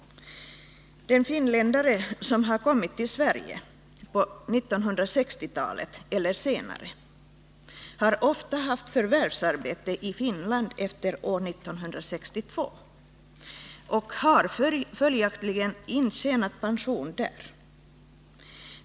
De finländare som kom till Sverige på 1960-talet eller senare har ofta haft förvärvsarbete i Finland efter år 1962 och har följaktligen intjänat pension där.